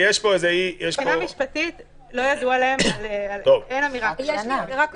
מבחינה משפטית אין אמירה כזאת.